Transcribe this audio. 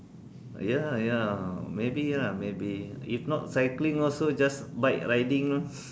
ya ya maybe ah maybe if not cycling also just bike riding loh